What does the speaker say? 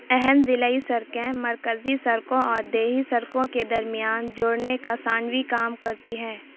اہم ضلعی سڑکیں مرکزی سڑکوں اور دیہی سڑکوں کے درمیان جوڑنے کا ثانوی کام کرتی ہیں